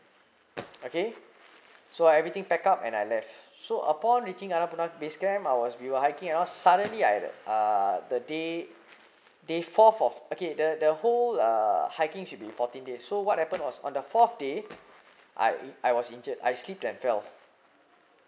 okay so everything pack up and I left so upon reaching annapurna base camp I was we were hiking you know suddenly I uh the day day fourth of okay the the whole uh hiking should be fourteen day so what happen was on the fourth day I'd I was injured I slipped and fell